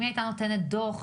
אם היא הייתה נותנת דו"ח,